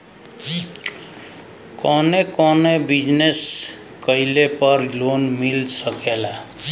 कवने कवने बिजनेस कइले पर लोन मिल सकेला?